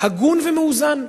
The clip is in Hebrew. הגון ומאוזן.